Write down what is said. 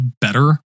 better